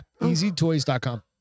easytoys.com